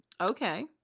Okay